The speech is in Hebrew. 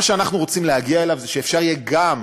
מה שאנחנו רוצים להגיע אליו זה שיהיה אפשר גם